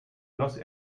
los